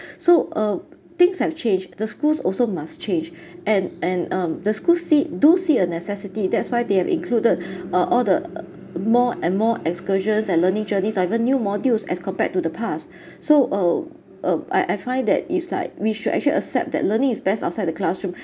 so uh things have changed the schools also must change and and um the school see do see a necessity that's why they have included uh all the more and more excursions and learning journeys and even new modules as compared to the past so uh uh I I find that it's like we should actually accept that learning is best outside the classroom